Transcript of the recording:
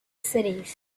cities